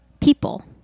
people